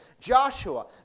Joshua